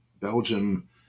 Belgium